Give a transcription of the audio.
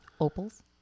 Opals